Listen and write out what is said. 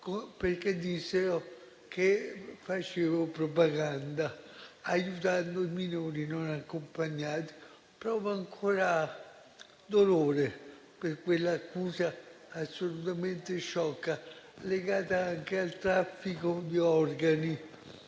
perché dissero che facevo propaganda aiutando i minori non accompagnati. Provo ancora dolore per quell'accusa assolutamente sciocca, legata anche al traffico di organi.